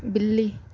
بلّی